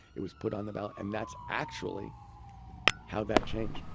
it was put on the ballot and that's actually how that changed.